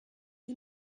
sie